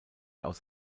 aus